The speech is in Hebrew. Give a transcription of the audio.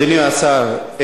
אדוני השר,